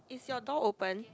is your door open